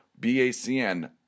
BACN